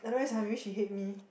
otherwise uh maybe she hate me